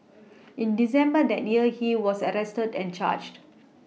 in December that near he was arrested and charged